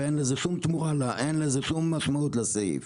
ואין לזה שום משמעות לסעיף.